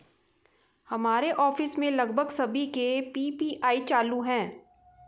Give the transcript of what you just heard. हमारे ऑफिस में लगभग सभी के पी.पी.आई चालू है